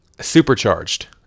supercharged